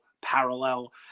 parallel